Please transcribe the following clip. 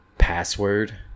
password